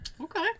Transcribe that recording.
okay